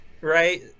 Right